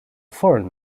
foreign